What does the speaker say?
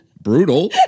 brutal